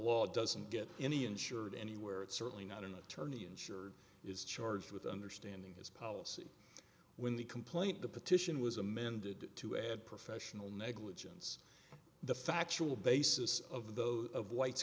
law doesn't get any insured anywhere it's certainly not an attorney insured is charged with understanding his policy when the complaint the petition was amended to add professional negligence the factual basis of those of white